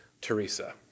Teresa